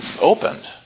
opened